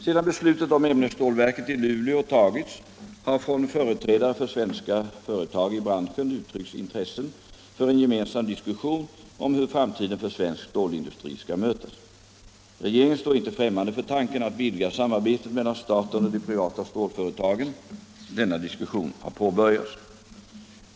Sedan beslutet om ämnesstålverket i Luleå tagits har från företrädare för svenska företag i branschen uttryckts intresse för en gemensam diskussion om hur framtiden för svensk stålindustri skall mötas. Regeringen står inte främmande för tanken att vidga samarbetet mellan staten och de privata stålföretagen. Denna diskussion har påbörjats.